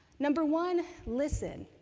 number one, listen,